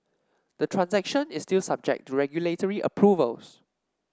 the transaction is still subject to regulatory approvals